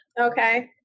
Okay